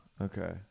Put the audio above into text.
okay